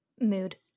mood